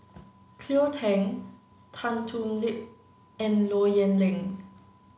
Cleo Thang Tan Thoon Lip and Low Yen Ling